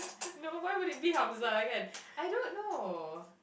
no why would it be Hamzah kan I don't know